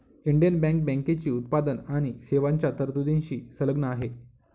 Indian bank बँकेची उत्पादन आणि सेवांच्या तरतुदींशी संलग्न आहे